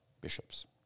bishops